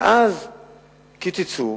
ואז קיצצו,